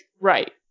Right